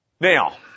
Now